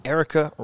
Erica